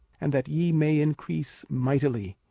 and that ye may increase mightily,